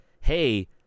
hey